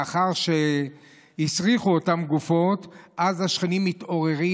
לאחר שאותן גופות הסריחו,